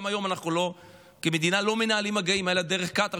גם היום כמדינה אנחנו לא מנהלים מגעים אלא דרך קטר.